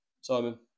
Simon